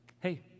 Hey